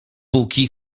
póki